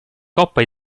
coppa